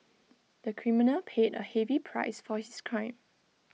the criminal paid A heavy price for his crime